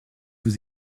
vous